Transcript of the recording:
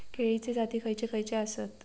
केळीचे जाती खयचे खयचे आसत?